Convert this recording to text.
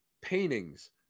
paintings